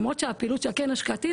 למרות שהפעילות של הקרן השקעתית,